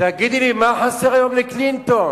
תגידי לי, מה חסר היום לקלינטון?